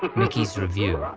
but mickey's revue.